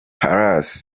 palace